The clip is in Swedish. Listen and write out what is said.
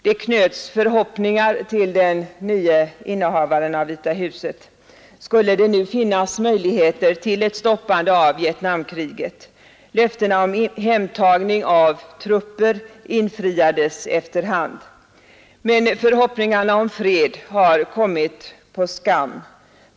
Det knöts förhoppningar till den nye innehavaren av Vita huset. Skulle det nu finnas möjligheter till ett stoppande av Vietnamkriget? Löftena om hemtagning av trupper infriades efter hand. Men förhoppningarna om fred har kommit på skam.